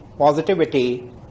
positivity